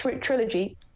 trilogy